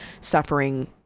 suffering